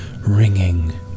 ringing